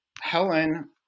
Helen